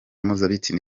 mpuzabitsina